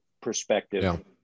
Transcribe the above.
perspective